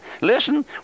Listen